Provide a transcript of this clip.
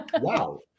Wow